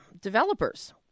developers